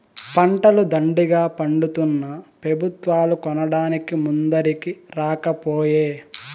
పంటలు దండిగా పండితున్నా పెబుత్వాలు కొనడానికి ముందరికి రాకపోయే